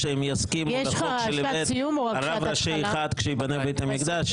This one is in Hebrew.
שהם יסכימו לחוק --- רב ראשי אחד כשייבנה בית המקדש,